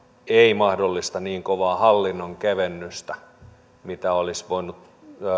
ei mahdollista niin kovaa hallinnon kevennystä kuin mitä olisi voinut